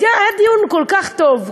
היה דיון כל כך טוב,